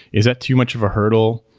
is that too much of a hurdle?